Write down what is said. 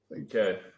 Okay